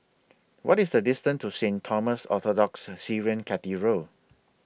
What IS The distance to Saint Thomas Orthodox Syrian Cathedral